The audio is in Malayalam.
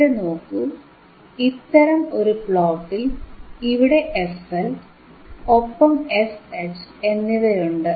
ഇവിടെ നോക്കൂ ഇത്തരം ഒരു പ്ലോട്ടിൽ ഇവിടെ fL ഒപ്പം fH എന്നിവയുണ്ട്